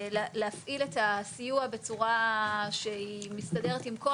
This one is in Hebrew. להפעיל את הסיוע בצורה שהיא מסתדרת עם כל